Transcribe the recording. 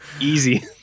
Easy